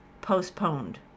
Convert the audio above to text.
postponed